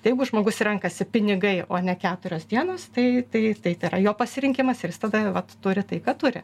jeigu žmogus renkasi pinigai o ne keturios dienos tai tai tai yra jo pasirinkimas ir jis tada vat turi tai ką turi